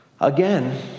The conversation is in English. again